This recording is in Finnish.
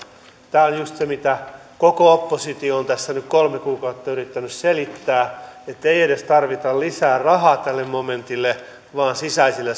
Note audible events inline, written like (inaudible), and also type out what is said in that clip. tämä on just se mitä koko oppositio on tässä nyt kolme kuukautta yrittänyt selittää että ei edes tarvita lisää rahaa tälle momentille vaan sisäisillä (unintelligible)